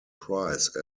price